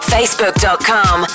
Facebook.com